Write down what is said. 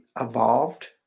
evolved